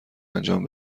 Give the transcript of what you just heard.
انجام